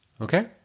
Okay